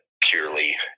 purely